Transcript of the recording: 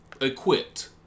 Equipped